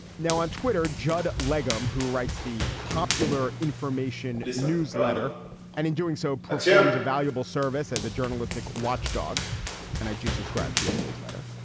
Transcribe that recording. now on twitter judd lego who writes the popular information newsletter and in doing so performs a valuable service as a journalistic watchdog and i do subscribe to his newsletter.